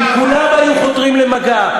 אם כולם היו חותרים למגע,